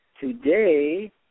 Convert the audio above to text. today